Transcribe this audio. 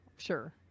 Sure